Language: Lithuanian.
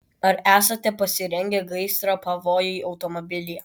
ar esate pasirengę gaisro pavojui automobilyje